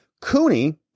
Cooney